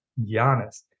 Giannis